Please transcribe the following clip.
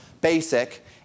basic